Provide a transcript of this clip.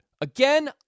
Again